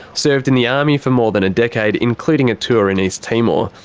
served in the army for more than a decade including a tour in east timor,